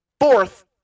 fourth